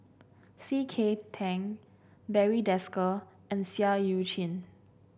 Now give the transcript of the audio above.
C K Tang Barry Desker and Seah Eu Chin